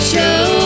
Show